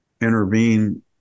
intervene